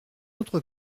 autre